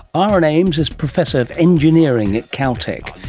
ah aaron ames is professor of engineering at caltech,